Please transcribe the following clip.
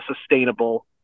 sustainable